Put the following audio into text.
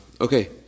Okay